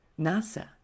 NASA